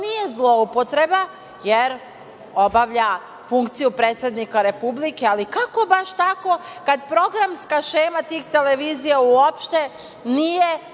nije zloupotreba, jer obavlja funkciju predsednika Republike. Ali, kako baš tako kad programska šema tih televizija uopšte nije